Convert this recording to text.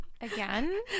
Again